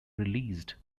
released